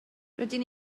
rydyn